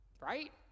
Right